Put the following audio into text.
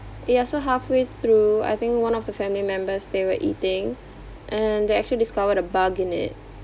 ya so halfway through I think one of the family members they were eating and they actually discovered a bug in it